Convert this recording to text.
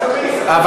המדע.